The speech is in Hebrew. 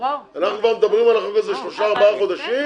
אנחנו מדברים על החוק הזה כבר שלושה ארבעה חודשים.